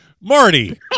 Marty